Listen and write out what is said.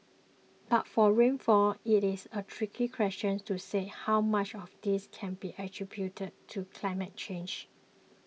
but for rainfall it is a tricky question to say how much of this can be attributed to climate change